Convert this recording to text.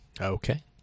Okay